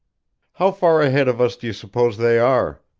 how far ahead of us do you suppose they are?